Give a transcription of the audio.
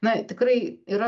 na tikrai yra